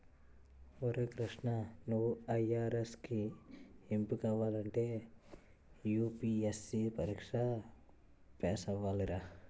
ఒరే కృష్ణా నువ్వు ఐ.ఆర్.ఎస్ కి ఎంపికవ్వాలంటే యూ.పి.ఎస్.సి పరీక్ష పేసవ్వాలిరా